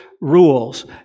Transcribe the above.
rules